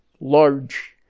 large